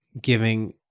giving